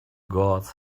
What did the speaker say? gods